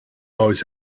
always